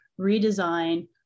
redesign